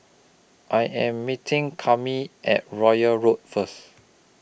I Am meeting Kami At Royal Road First